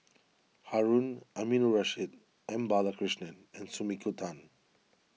Harun Aminurrashid M Balakrishnan and Sumiko Tan